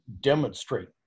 demonstrate